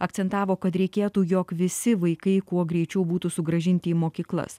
akcentavo kad reikėtų jog visi vaikai kuo greičiau būtų sugrąžinti į mokyklas